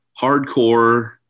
hardcore